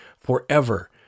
forever